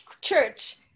church